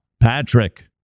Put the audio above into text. Patrick